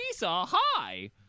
hi